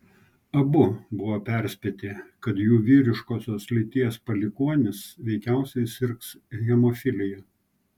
abu buvo perspėti kad jų vyriškosios lyties palikuonis veikiausiai sirgs hemofilija